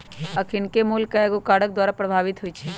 अखनिके मोल कयगो कारक द्वारा प्रभावित होइ छइ